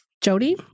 Jody